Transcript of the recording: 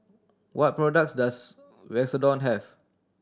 what products does Redoxon have